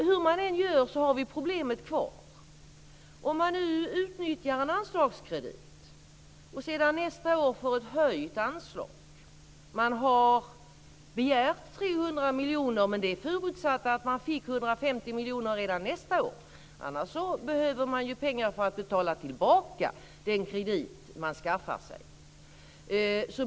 Hur man än gör är problemet kvar: man utnyttjar en anslagskredit och får sedan nästa år höjt anslag - man har begärt 300 miljoner förutsatt att man får 150 miljoner redan nästa år - annars behöver man pengar för att betala tillbaka den kredit man har skaffat sig.